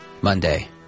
Monday